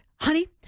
honey